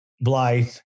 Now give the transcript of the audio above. Blythe